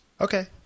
Okay